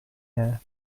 air